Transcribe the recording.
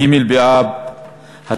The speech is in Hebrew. ג' באב התשע"ג,